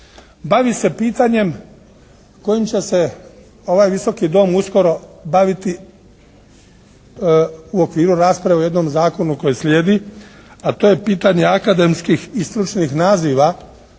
bavi se pitanjem kojim će se ovaj Visoki dom uskoro baviti u okviru rasprave o jednom zakonu koji sljedi, a to je pitanje akademskih i stručnih naziva.